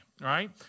right